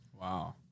wow